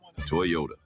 Toyota